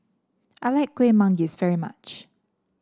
I like Kuih Manggis very much